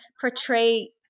portray